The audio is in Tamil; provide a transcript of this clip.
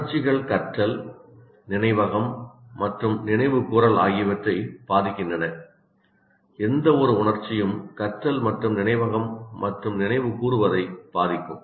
உணர்ச்சிகள் கற்றல் நினைவகம் மற்றும் நினைவுகூரல் ஆகியவற்றை பாதிக்கின்றன எந்தவொரு உணர்ச்சியும் கற்றல் மற்றும் நினைவகம் மற்றும் நினைவுகூருவதை பாதிக்கும்